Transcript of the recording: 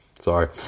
Sorry